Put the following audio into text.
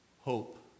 hope